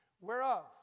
whereof